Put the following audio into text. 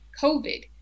COVID